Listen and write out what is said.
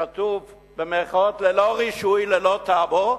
כתוב במירכאות: ללא רישוי, ללא טאבו,